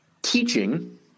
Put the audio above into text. Teaching